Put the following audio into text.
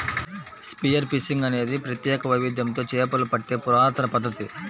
spear fishing అనేది ప్రత్యేక వైవిధ్యంతో చేపలు పట్టే పురాతన పద్ధతి